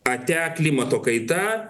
ate klimato kaita